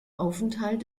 aufenthalt